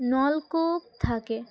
নলকূপ থাকে